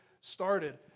started